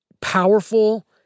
powerful